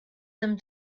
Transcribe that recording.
them